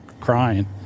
crying